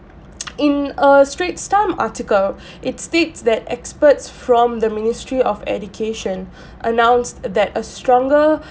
in a straits times article it states that experts from the ministry of education announced that a stronger